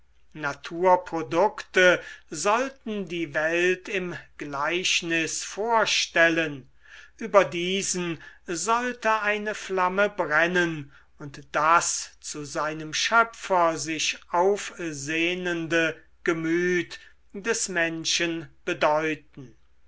naturprodukte sollten die welt im gleichnis vorstellen über diesen sollte eine flamme brennen und das zu seinem schöpfer sich aufsehnende gemüt des menschen bedeuten